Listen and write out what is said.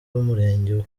w’umurenge